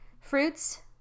fruits